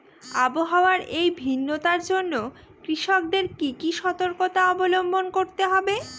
আবহাওয়ার এই ভিন্নতার জন্য কৃষকদের কি কি সর্তকতা অবলম্বন করতে হবে?